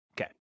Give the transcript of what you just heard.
Okay